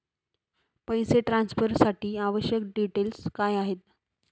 पैसे ट्रान्सफरसाठी आवश्यक डिटेल्स काय आहेत?